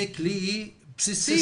זה כלי בסיסי.